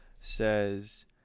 says